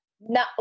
no